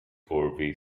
turvy